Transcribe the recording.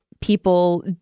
people